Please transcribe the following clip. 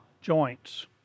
joints